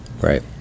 Right